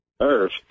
Earth